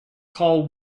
call